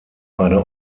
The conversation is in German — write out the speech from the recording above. eine